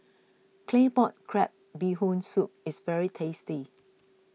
Claypot Crab Bee Hoon Soup is very tasty